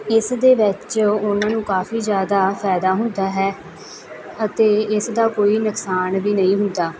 ਇਸ ਦੇ ਵਿੱਚ ਉਹਨਾਂ ਨੂੰ ਕਾਫ਼ੀ ਜ਼ਿਆਦਾ ਫ਼ਾਇਦਾ ਹੁੰਦਾ ਹੈ ਅਤੇ ਇਸ ਦਾ ਕੋਈ ਨੁਕਸਾਨ ਵੀ ਨਹੀਂ ਹੁੰਦਾ